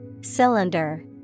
Cylinder